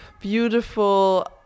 beautiful